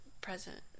present